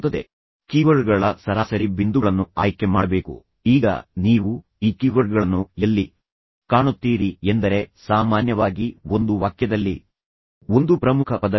ಆದ್ದರಿಂದ ಇದು ಕೀವರ್ಡ್ಗಳ ಸರಾಸರಿ ಬಿಂದುಗಳನ್ನು ಆಯ್ಕೆ ಮಾಡಬೇಕು ಈಗ ನೀವು ಈ ಕೀವರ್ಡ್ಗಳನ್ನು ಎಲ್ಲಿ ಕಾಣುತ್ತೀರಿ ಎಂದರೆ ಸಾಮಾನ್ಯವಾಗಿ ಒಂದು ವಾಕ್ಯದಲ್ಲಿ ಒಂದು ಪ್ರಮುಖ ಪದವಿದೆ